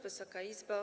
Wysoka Izbo!